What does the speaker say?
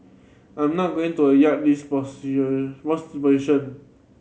I'm not going to a yield this position most position